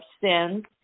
sins